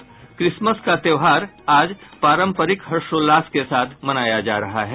और क्रिसमस का त्योहार आज पारंपरिक हर्षोल्लास के साथ मनाया जा रहा है